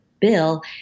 bill